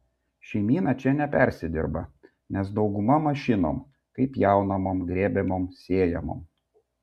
šeimyna čia nepersidirba nes dauguma mašinom kaip pjaunamom grėbiamom sėjamom